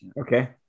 Okay